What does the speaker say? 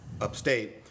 upstate